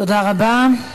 תודה רבה.